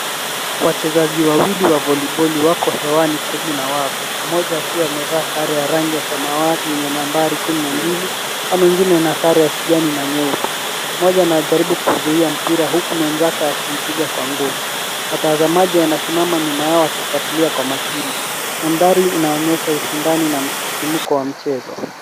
Wachezaji wawili wa voliboli wako hewani karibu na wavu, mmoja akiwa amevaa sare ya samawati yenye nambari kumi na mbili na mwingine ana sare ya kijani na nyeupe. Mmoja anajaribu kuzuia mpira huku mwenzake akiipiga kwa nguvu. Watazamaji wanasimama nyuma yao wakifuatilia kwa makini. Mandhari inaonyesha ushindani na msisimko wa mchezo.